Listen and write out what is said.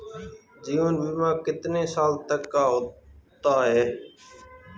जीवन बीमा कितने साल तक का होता है?